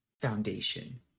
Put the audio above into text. foundation